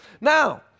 Now